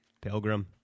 Pilgrim